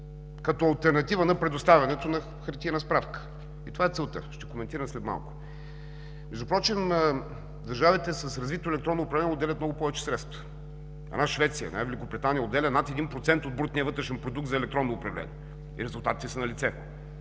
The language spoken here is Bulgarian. като алтернатива на предоставянето на хартиена справка, и това е целта. Ще коментирам след малко. Впрочем държавите с развито електронно управление отделят много повече средства. Една Швеция, една Великобритания отделят над 1% от брутния вътрешен продукт за електронно управление и резултатите са налице.